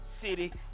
City